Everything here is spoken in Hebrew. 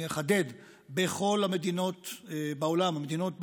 אני אחדד: בכל המדינות בעולם, מדינות ה-OECD,